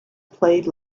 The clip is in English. played